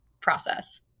process